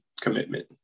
commitment